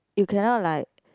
you cannot like